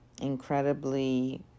incredibly